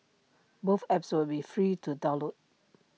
both apps will be free to download